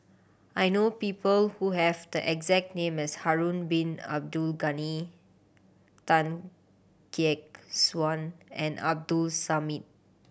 I know people who have the exact name as Harun Bin Abdul Ghani Tan Gek Suan and Abdul Samad